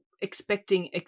expecting